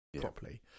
properly